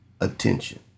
attention